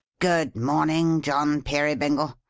good morning, john peerybingle.